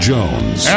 Jones